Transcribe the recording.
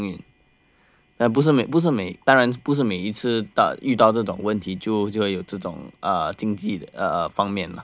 mmhmm 但不是不是当然不是每一次的遇到这种问题就就有这种经济方面呢